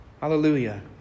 Hallelujah